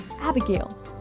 Abigail